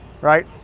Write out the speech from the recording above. right